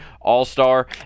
All-Star